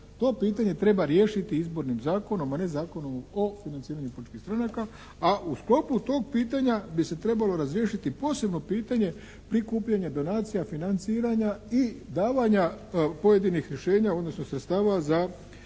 To pitanje treba riješiti Izbornim zakonom, a ne Zakonom o financiranju političkih stranaka. A u sklopu tog pitanja bi se trebalo razriješiti posebno pitanje prikupljanja donacija, financiranja i davanja pojedinih rješenja, odnosno sredstava za